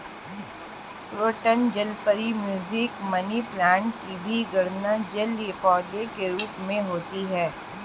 croton जलपरी, mosaic, money plant की भी गणना जलीय पौधे के रूप में होती है